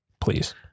Please